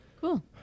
cool